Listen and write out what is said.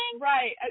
Right